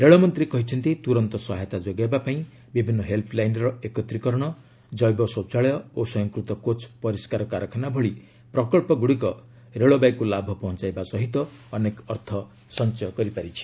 ରେଳମନ୍ତ୍ରୀ କହିଛନ୍ତି ତୁରନ୍ତ ସହାୟତା ଯୋଗାଇବା ପାଇଁ ବିଭିନ୍ନ ହେଲ୍ସଲାଇନ୍ର ଏକତ୍ରିକରଣ ଜୈବ ଶୌଚାଳୟ ଓ ସ୍ୱୟଂକୃତ କୋଚ ପରିଷ୍କାର କାରଖାନା ଭଳି ପ୍ରକଚ୍ଚଗୁଡ଼ିକ ରେଳବାଇକୁ ଲାଭ ପହଞ୍ଚାଇବା ସହିତ ଅନେକ ଅର୍ଥ ସଞ୍ଚୟ କରିପାରିଛି